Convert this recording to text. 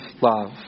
love